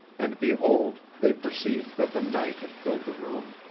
and behold, they perceived that the night had filled the room.